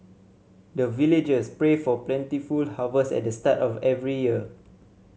the villagers pray for plentiful harvest at the start of every year